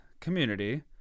community